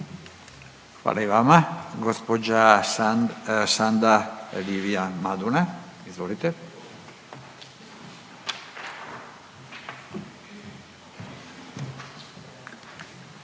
Hvala i vama. Gospođa Sandra Livia Maduna. Izvolite.